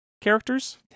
characters